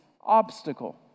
obstacle